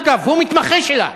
אגב, הוא מתמחה שלה.